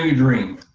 ah dream